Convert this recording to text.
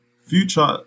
Future